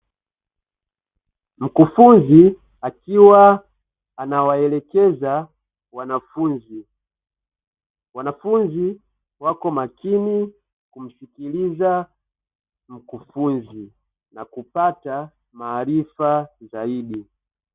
Mkufunzi akiwa anawaelekeza wanafunzi, wanafunzi wako makini kumsikiliza mkufunzi na kupata maarifa zaidi.